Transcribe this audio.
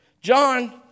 John